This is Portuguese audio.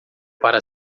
para